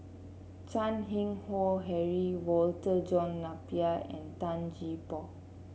Chan Keng Howe Harry Walter John Napier and Tan Gee Paw